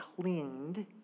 cleaned